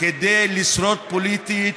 כדי לשרוד פוליטית,